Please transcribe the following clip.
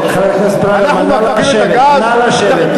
טוב, חבר הכנסת ברוורמן, נא לשבת.